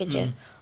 mmhmm